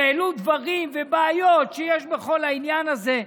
והעלו דברים ובעיות שיש בכל העניין הזה.